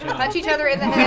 punch each other in